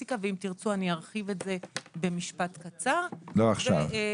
לסטטיסטיקה ואם תרצו ארחיב במשפט קצר, וערבים.